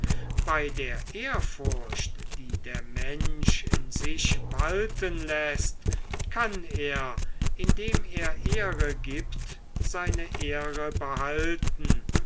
bei der ehrfurcht die der mensch in sich walten läßt kann er indem er ehre gibt seine ehre behalten